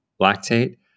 lactate